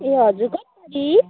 ए हजुर कति बजी